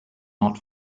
not